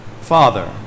Father